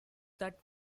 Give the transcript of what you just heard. that